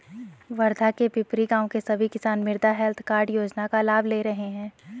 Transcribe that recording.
वर्धा के पिपरी गाँव के सभी किसान मृदा हैल्थ कार्ड योजना का लाभ ले रहे हैं